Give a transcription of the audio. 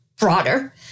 broader